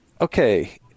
okay